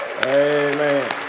Amen